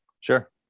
Sure